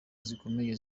zikomeye